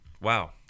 Wow